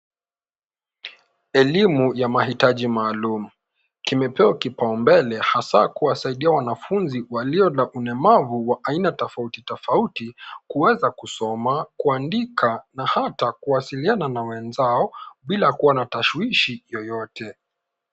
Elimu ya mahitaji maalum. Kimepewa kipaumbele hasa kusaidia wanafunzi walio na ulemavu wa aina tofautitofauti kuweza kusoma, kuandika na hata kuwasiliana na wenzao bila kuwa na tashwishwi yoyote.